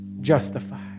justified